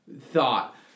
thought